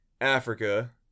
Africa